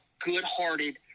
good-hearted